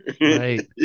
Right